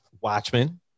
Watchmen